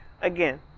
Again